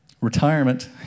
Retirement